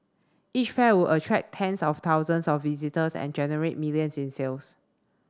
each fair would attract tens of thousands of visitors and generate millions in sales